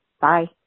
Bye